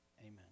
amen